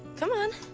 come on.